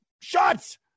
shots